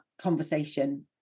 conversation